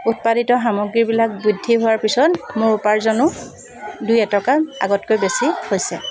উৎপাদিত সামগ্ৰীবিলাক বৃদ্ধি হোৱাৰ পিছত মোৰ উপাৰ্জনো দুই এটকা আগতকৈ বেছি হৈছে